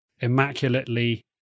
immaculately